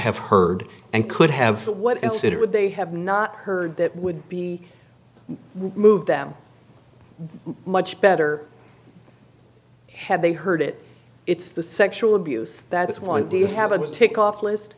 have heard and could have what and sit would they have not heard that would be moved them much better had they heard it it's the sexual abuse that is why do you have a tick off list